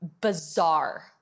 bizarre